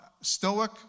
Stoic